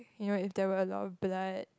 you know if there were a lot of blood